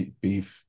beef